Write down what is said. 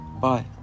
Bye